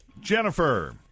Jennifer